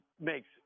makes